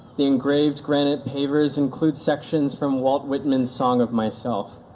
the engraved granite pavers include sections from walt whitman's song of myself.